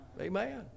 Amen